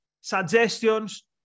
suggestions